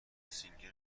سینگر